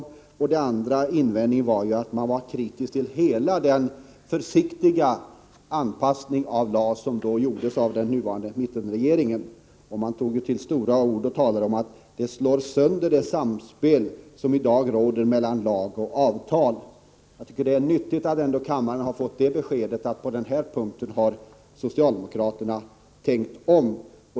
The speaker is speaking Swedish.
Dessutom var socialdemokraterna kritiska mot hela den försiktiga anpassning av LAS som gjordes av mittenregeringen. Man tog till stora ord och talade om att detta skulle slå sönder det samspel som i dag finns mellan lag och avtal. Jag tycker det är nyttigt att kammaren ändå har fått det beskedet, att på den här punkten har socialdemokraterna tänkt om.